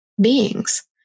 beings